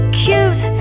cute